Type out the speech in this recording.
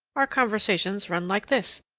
our conversations run like this